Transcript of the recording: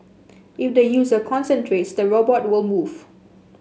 if the user concentrates the robot will move